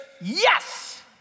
yes